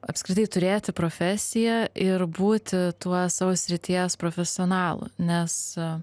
apskritai turėti profesiją ir būti tuo savo srities profesionalu nes